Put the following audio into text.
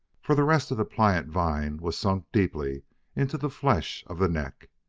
for the rest of the pliant vine was sunk deeply into the flesh of the neck.